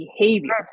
behavior